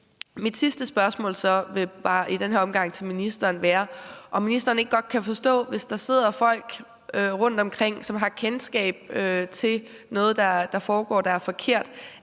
til ministeren vil i den her omgang så bare være, om ministeren ikke godt kan forstå, hvis der rundtomkring sidder folk, som har kendskab til noget, der foregår, der er forkert,